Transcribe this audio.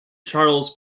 charles